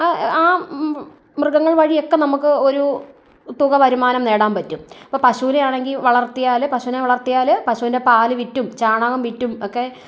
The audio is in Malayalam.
ആ ആ മൃഗങ്ങൾ വഴിയൊക്കെ നമുക്ക് ഒരു തുക വരുമാനം നേടാൻ പറ്റും അപ്പം പശുവിനെ ആണെങ്കിൽ വളർത്തിയാൽ പശുവിനെ വളർത്തിയാൽ പശുവിന്റെ പാൽ വിറ്റും ചാണകം വിറ്റും ഒക്കെ